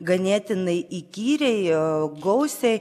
ganėtinai įkyrėjo gausiai